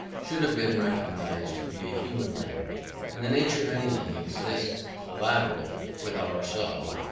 should have been recognised to be a human language and the nature of anything existent collateral with ourselves,